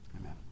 Amen